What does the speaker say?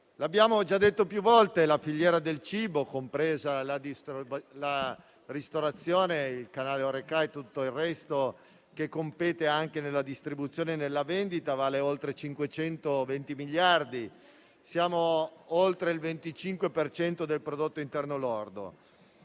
abbiamo già detto più volte, la filiera del cibo, compresa la ristorazione, il canale Horeca e tutto il resto che rientra nella distribuzione e nella vendita, valgono oltre 520 miliardi. Rappresentiamo oltre il 25 per cento del prodotto interno lordo.